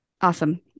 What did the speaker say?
Awesome